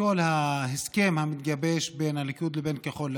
בכל ההסכם המתגבש בין הליכוד לבין כחול לבן.